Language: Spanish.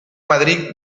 madrid